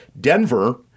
denver